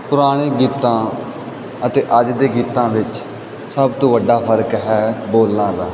ਪੁਰਾਣੇ ਗੀਤਾਂ ਅਤੇ ਅੱਜ ਦੇ ਗੀਤਾਂ ਵਿੱਚ ਸਭ ਤੋਂ ਵੱਡਾ ਫਰਕ ਹੈ ਬੋਲਾਂ ਦਾ